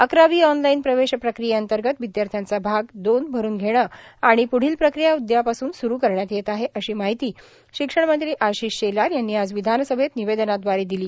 अकरावी ऑनलाईन प्रवेश प्रक्रियेंतर्गत विदयार्थ्यांचा भाग दोन भरून घेणं आणि पुढील प्रक्रिया उदयापासून सुरू करण्यात येत आहे अशी माहिती शिक्षण मंत्री आशिष शेलार यांनी आज विधानसभेत निवेदनाद्वारे दिली